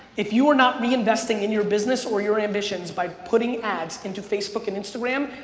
if you are not reinvesting in your business or your ambitions by putting ads into facebook and instagram,